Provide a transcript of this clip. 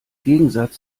gegensatz